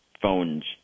phones